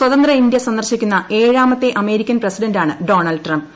സ്വതന്ത്ര ഇന്ത്യ സന്ദർശിക്കുന്ന ഏഴാമത്തെ അമേരിക്കൻ പ്രസിഡന്റാണ് ഡോണൾഡ് ട്രംപ്